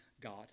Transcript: God